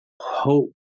hope